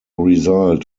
result